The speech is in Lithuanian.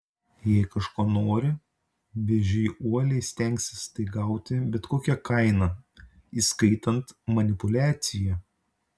jei kažko nori vėžiai uoliai stengsis tai gauti bet kokia kaina įskaitant manipuliaciją